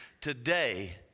today